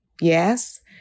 yes